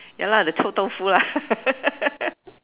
ya lah the 臭豆腐 lah